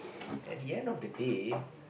at the end of the day